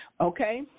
okay